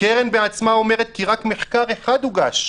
הקרן בעצמה אומרת כי רק מחקר אחד הוגש,